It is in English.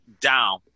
down